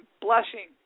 blushing